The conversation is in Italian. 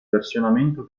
versionamento